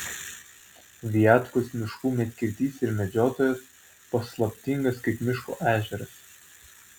viatkos miškų medkirtys ir medžiotojas paslaptingas kaip miško ežeras